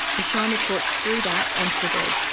you shine the torch through that onto the bed.